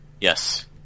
Yes